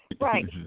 Right